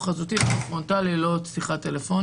זה צריך להיות או היוועדות חזותית או פרונטלית אבל לא בשיחת טלפון.